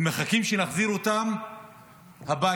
הם מחכים שנחזיר אותם הביתה,